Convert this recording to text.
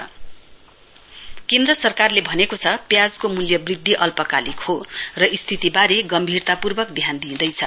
onion price केन्द्र सरकारले भनेको छ प्याजको मूल्य वृद्धि अल्पकालिक हो र स्थितिबारे गम्भीरतापर्वक ध्यान दिइँदैछ